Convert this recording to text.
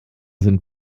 sind